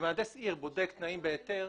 כשמהנדס עיר בודק תנאים בהיתר,